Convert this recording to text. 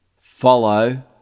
follow